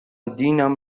دینم